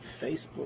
Facebook